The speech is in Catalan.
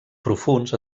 profunds